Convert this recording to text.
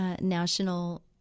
National